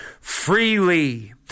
freely